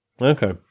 Okay